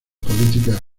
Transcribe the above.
políticas